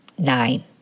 Nine